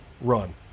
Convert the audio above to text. run